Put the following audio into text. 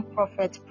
Prophet